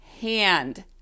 hand